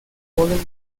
joven